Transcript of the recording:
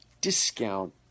discount